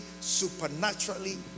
supernaturally